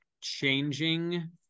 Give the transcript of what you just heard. changing